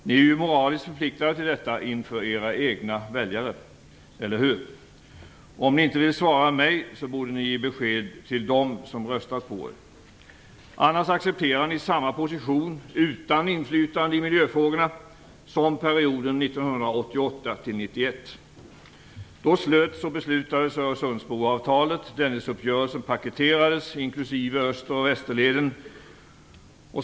Ni är ju moraliskt förpliktigade till detta inför era egna väljare, eller hur? Om ni inte vill svara mig borde ni ge besked till dem som röstat på er. Annars accepterar ni samma position utan inflytande i miljöfrågorna som perioden 1988-1991. Då slöts och beslutades om Öster och Västerleden paketerades.